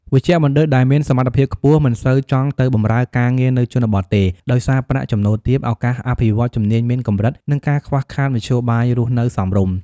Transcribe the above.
វេជ្ជបណ្ឌិតដែលមានសមត្ថភាពខ្ពស់មិនសូវចង់ទៅបម្រើការងារនៅជនបទទេ ដោយសារប្រាក់ចំណូលទាប ឱកាសអភិវឌ្ឍន៍ជំនាញមានកម្រិត និងការខ្វះខាតមធ្យោបាយរស់នៅសមរម្យ។